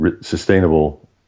sustainable